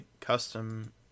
custom